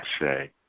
say